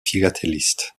philatélistes